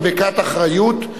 מדבקת אחריות).